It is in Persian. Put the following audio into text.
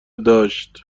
داشت